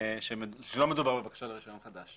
שלא מדובר בבקשה לרישיון חדש